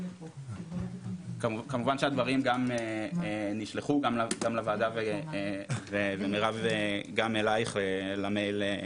כמובן שהדברים נשלחו גם לוועדה ומירב גם אלייך למייל.